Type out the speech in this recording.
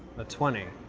a twenty.